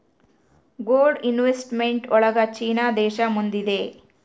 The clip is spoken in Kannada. ಗೋಲ್ಡ್ ಇನ್ವೆಸ್ಟ್ಮೆಂಟ್ ಒಳಗ ಚೀನಾ ದೇಶ ಮುಂದಿದೆ